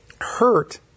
Hurt